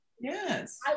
Yes